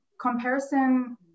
comparison